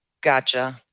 Gotcha